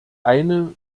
eine